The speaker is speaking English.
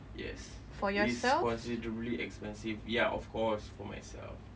yes it's considerably expensive ya of course for myself